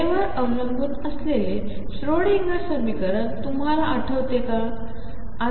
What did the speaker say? वेळेवरअवलंबूनअसलेलेश्रोडिंगरसमीकरणतुम्हालाआठवतेका